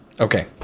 Okay